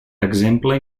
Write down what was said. exemple